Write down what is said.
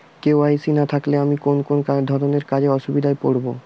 KYC না থাকলে আমি কোন কোন ধরনের কাজে অসুবিধায় পড়ব?